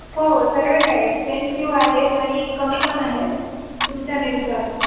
हो सर्व काय एक्सपेन्सिव्ह आहेत आणि कमी पण आहेत तुमच्या